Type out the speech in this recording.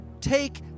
Take